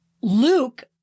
Luke